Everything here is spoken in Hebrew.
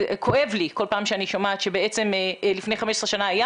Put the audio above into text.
כואב לי כל פעם שאני שומעת שבעצם לפני 15 שנה היה